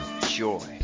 joy